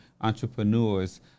entrepreneurs